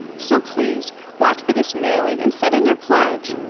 so please watch for this mailing and send in your pledge.